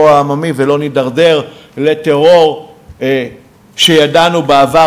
העממי ולא נידרדר לטרור שידענו בעבר,